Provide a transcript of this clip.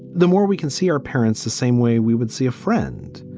the more we can see our parents the same way we would see a friend.